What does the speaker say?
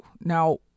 Now